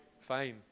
Fine